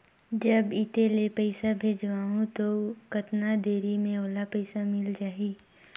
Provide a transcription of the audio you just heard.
जब इत्ते ले पइसा भेजवं तो कतना देरी मे ओला पइसा मिल जाही?